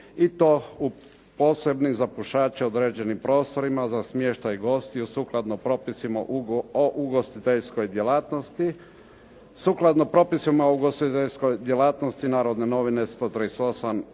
i to u posebnim za pušače određenim prostorima za smještaj gostiju sukladno propisima o ugostiteljskoj djelatnosti,